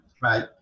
right